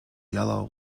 yellow